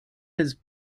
his